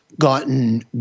gotten